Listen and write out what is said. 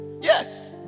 yes